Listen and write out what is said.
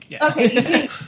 Okay